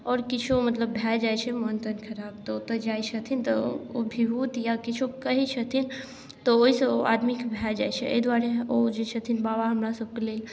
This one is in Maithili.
आओर किछो मतलब भए जाइ छै मोन तोन खराब तऽ ओतऽ जाइ छथिन तऽ ओ विभूत या किछो कहै छथिन तऽ ओइसँ ओ आदमीके भए जाइ छै अइ दुआरे ओ जे छथिन बाबा हमरा सबके लेल